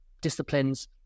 disciplines